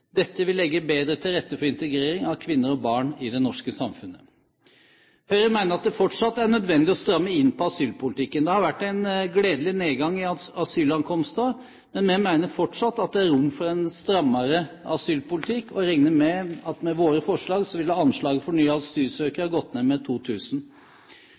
Dette vil legge bedre til rette for integrering av kvinner og barn i det norske samfunnet. Høyre mener at det fortsatt er nødvendig å stramme inn på asylpolitikken. Det har vært en gledelig nedgang i asylankomster, men vi mener fortsatt at det er rom for en strammere asylpolitikk og regner med at med våre forslag ville anslaget for